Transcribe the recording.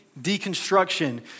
deconstruction